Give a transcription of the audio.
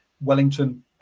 Wellington